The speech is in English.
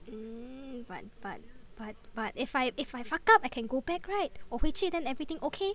mm but but but but if I if I fuck up I can go back right 我回去 then everything okay